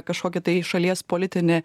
kažkokį tai šalies politinį